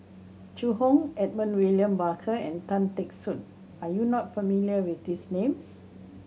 Zhu Hong Edmund William Barker and Tan Teck Soon are you not familiar with these names